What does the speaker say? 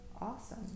awesome